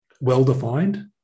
well-defined